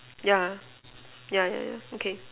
yeah yeah yeah yeah okay